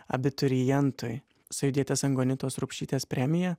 abiturientui sajudietės angonitos rupšytės premiją